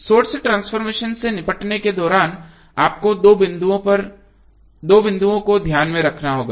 source transformation से निपटने के दौरान आपको दो बिंदुओं को ध्यान में रखना होगा